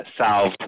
solved